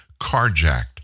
carjacked